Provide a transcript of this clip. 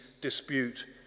dispute